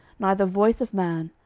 neither voice of man,